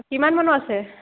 কিমান মানৰ আছে